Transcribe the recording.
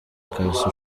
carson